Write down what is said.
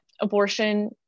abortion